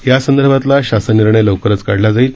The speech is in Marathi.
यासंदर्भातला शासन निर्णय लवकरच काढला जाईल